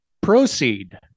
Proceed